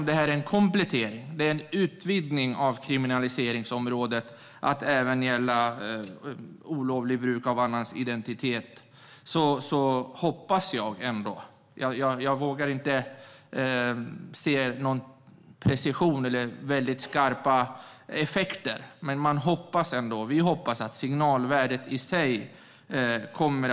Det här är en komplettering och en utvidgning av kriminaliseringsområdet att även gälla olovligt bruk av annans identitet, och vi hoppas att signalvärdet i sig kommer att avskräcka personer från att begå de här brotten, även om jag inte vågar se någon precision eller väldigt skarpa effekter.